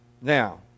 Now